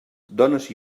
dones